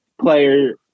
player